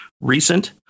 recent